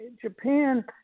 Japan